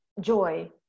joy